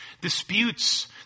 disputes